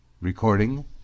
Recording